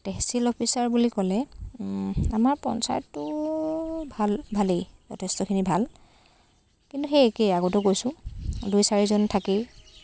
তহচিল officer বুলি ক'লে আমাৰ পঞ্চায়তটো ভাল ভালেই যথেষ্টখিনি ভাল কিন্তু সেই একেই আগতেও কৈছোঁ দুই চাৰিজন থাকেই